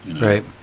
Right